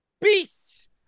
beasts